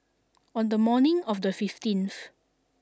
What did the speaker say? on the morning of the fifteenth